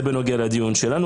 זה בנוגע לדיון שלנו.